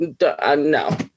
no